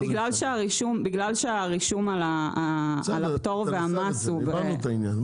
בגלל שהרישום על הפטור של המס -- בסדר הבנו את העניין,